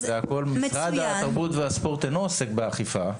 משרד התרבות והספורט אינו עוסק באכיפה.